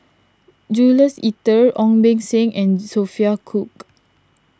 Jules Itier Ong Beng Seng and Sophia Cooke